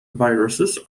viruses